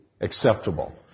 acceptable